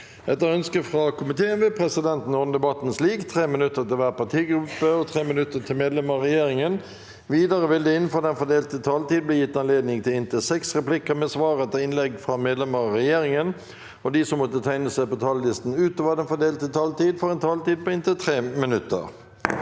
og kulturkomiteen vil presidenten ordne debatten slik: 3 minutter til hver partigruppe og 3 minutter til medlemmer av regjeringen. Videre vil det – innenfor den fordelte taletid – bli gitt anledning til inntil seks replikker med svar etter innlegg fra medlemmer av regjeringen, og de som måtte tegne seg på talerlisten utover den fordelte taletid, får også en taletid på inntil 3 minutter.